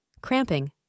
cramping